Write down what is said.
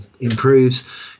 improves